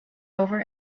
over